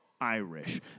Irish